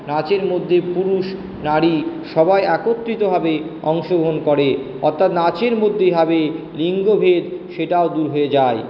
নাচের মধ্যে পুরুষ নারী সবাই একত্রিতভাবে অংশগ্রহণ করে অর্থাৎ নাচের মধ্যে এভাবে লিঙ্গভেদ সেটাও দূর হয়ে যায়